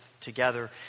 together